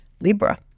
Libra